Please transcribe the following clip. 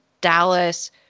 Dallas